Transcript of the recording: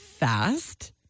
fast